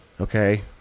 okay